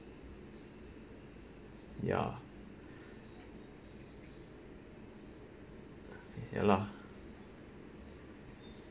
ya ya lah